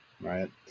right